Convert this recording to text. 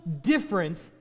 difference